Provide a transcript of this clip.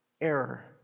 Error